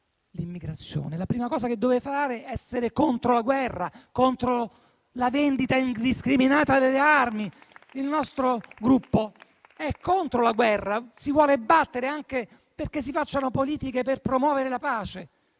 l'immigrazione, la prima cosa che dovete fare è essere contro la guerra e contro la vendita indiscriminata delle armi. Il nostro Gruppo è contro la guerra, si vuole battere anche perché si facciano politiche per promuovere la pace,